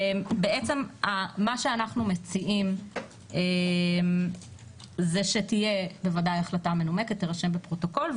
מה שאנחנו מציעים הוא שתהיה בוודאי החלטה מנומקת ותירשם בפרוטוקול,